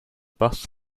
bus